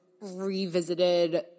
revisited